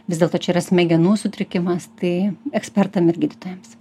vis dėlto čia yra smegenų sutrikimas tai ekspertam ir gydytojams